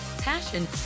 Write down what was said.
passion